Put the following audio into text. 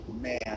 man